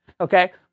Okay